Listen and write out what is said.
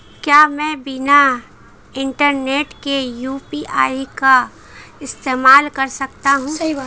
क्या मैं बिना इंटरनेट के यू.पी.आई का इस्तेमाल कर सकता हूं?